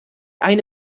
eine